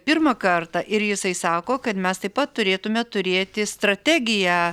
pirmą kartą ir jisai sako kad mes taip pat turėtume turėti strategiją